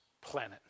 planet